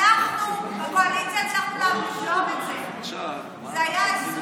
אנחנו בקואליציה הצלחנו לבלום את זה, זה היה הזוי.